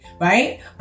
right